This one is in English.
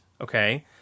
okay